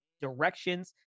directions